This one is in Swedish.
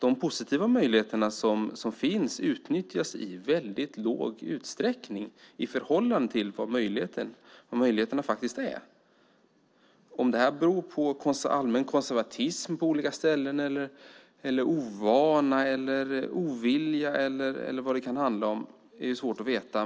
De positiva möjligheter som finns utnyttjas i väldigt liten utsträckning i förhållande till vilka möjligheterna är. Om det beror på allmän konservatism på olika ställen, ovana, ovilja eller något annat är svårt att veta.